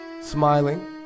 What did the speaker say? Smiling